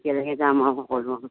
একেলগে যাম সকলো